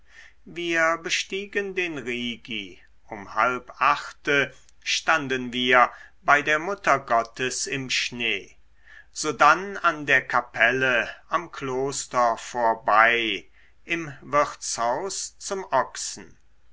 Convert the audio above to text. wir bestiegen den rigi um halb achte standen wir bei der mutter gottes im schnee sodann an der kapelle am kloster vorbei im wirtshaus zum ochsen